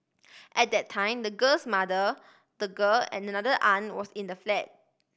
at that time the girl's mother the girl and another aunt was in the flat